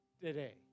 today